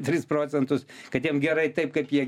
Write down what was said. tris procentus kad jiem gerai taip kaip jie